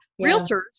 realtors